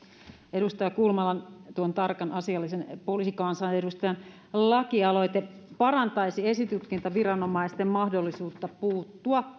edustaja kulmalan tuon tarkan asiallisen poliisikansanedustajan lakialoite parantaisi esitutkintaviranomaisten mahdollisuutta puuttua